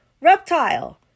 reptile